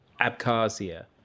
Abkhazia